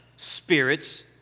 spirits